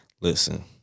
Listen